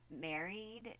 married